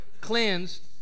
cleansed